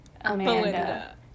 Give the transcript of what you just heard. Amanda